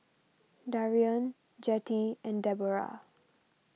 Darrion Jettie and Debroah